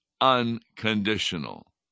unconditional